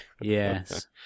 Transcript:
Yes